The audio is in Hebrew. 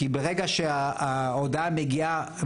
כי ברגע שההודעה מגיעה מהר,